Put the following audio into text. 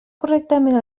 correctament